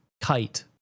kite